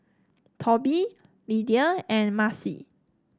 Toby Lidia and Macey